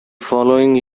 following